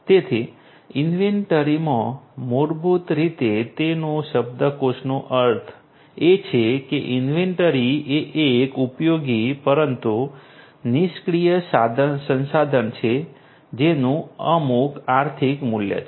તેથી ઈન્વેન્ટરીમાં મૂળભૂત રીતે તેનો શબ્દકોશનો અર્થ એ છે કે ઈન્વેન્ટરી એક ઉપયોગી પરંતુ નિષ્ક્રિય સંસાધન છે જેનું અમુક આર્થિક મૂલ્ય છે